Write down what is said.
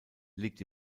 liegt